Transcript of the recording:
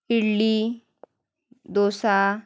idli dosa